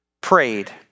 prayed